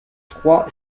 trois